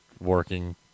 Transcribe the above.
working